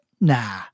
nah